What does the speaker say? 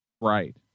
Right